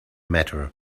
matter